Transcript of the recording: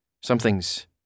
something's